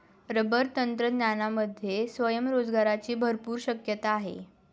rubber तंत्रज्ञानामध्ये स्वयंरोजगाराची भरपूर शक्यता आहे